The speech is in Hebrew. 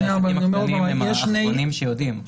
החוקים הקטנים הם האחרונים שהם יודעים.